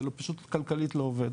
זה פשוט כלכלית לא עובד,